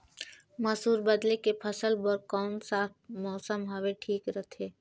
मसुर बदले के फसल बार कोन सा मौसम हवे ठीक रथे?